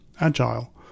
Agile